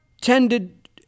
tended